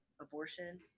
abortion